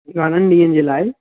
घणनि ॾींहंनि जे लाइ